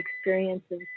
experiences